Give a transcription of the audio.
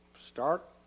start